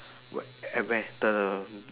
at where the